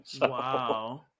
Wow